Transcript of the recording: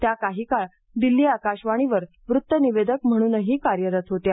त्या काही काळ दिल्लीला आकाशवाणीवर वृत्तनिवेदक म्हणूनही कार्यरत होत्या